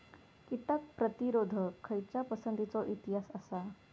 कीटक प्रतिरोधक खयच्या पसंतीचो इतिहास आसा?